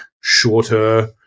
shorter